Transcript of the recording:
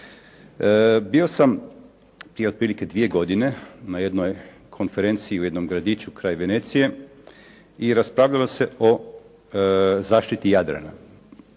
Bio sam prije otprilike dvije godine na jednoj konferenciji u jednom gradiću kraj Venecije i raspravljalo se o zaštiti Jadrana.